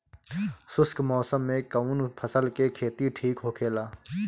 शुष्क मौसम में कउन फसल के खेती ठीक होखेला?